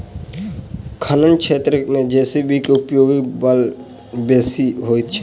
खनन क्षेत्र मे जे.सी.बी के उपयोगिता बड़ बेसी होइत छै